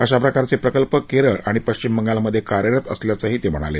अशा प्रकारचे प्रकल्प केरळ आणि पश्चिम बंगालमध्ये कार्यरत असल्याचंही ते म्हणाले